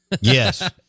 Yes